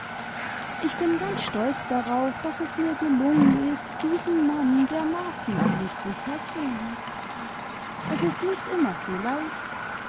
ich bin ganz stolz darauf daß es mir gelungen ist diesen mann dermaßen an mich zu fesseln das ist nicht immer so leicht